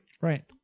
Right